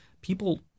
People